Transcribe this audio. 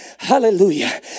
hallelujah